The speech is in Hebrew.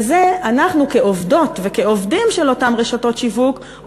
וזה אנחנו כעובדות וכעובדים של אותן רשתות שיווק,